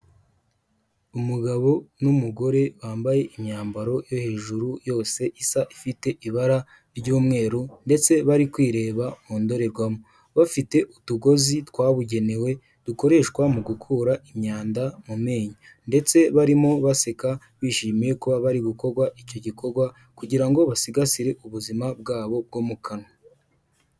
Umugabo n'umugore bambaye imyambaro yo hejuru yose isa ifite ibara ry'umweru ndetse bari kwireba mu ndorerwamo bafite utugozi twabugenewe dukoreshwa mu gukura imyanda mu menyo ndetse barimo baseka bishimiye kuba bari gukorwa icyo gikorwa kugira ngo basigasire ubuzima bwabo bwo mu kanwa.